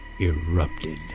erupted